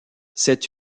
cette